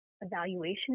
evaluation